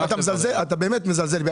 אתה באמת מזלזל בי.